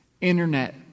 Internet